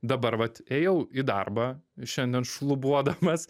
dabar vat ėjau į darbą šiandien šlubuodamas